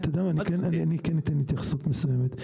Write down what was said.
אתה יודע מה, אני כן אתן התייחסות מסוימת.